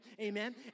amen